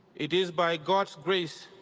it is by god's grace,